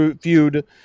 feud